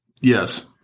Yes